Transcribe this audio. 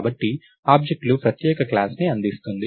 కాబట్టి ఆబ్జెక్ట్ లు ప్రత్యేక క్లాస్ ని అందిస్తుంది